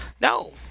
no